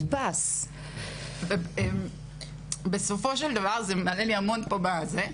נפשית, איך אפשר לעמוד בזה?